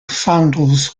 sandals